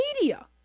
media